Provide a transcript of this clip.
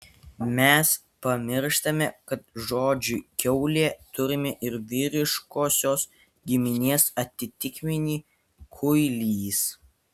mes pamirštame kad žodžiui kiaulė turime ir vyriškosios giminės atitikmenį kuilys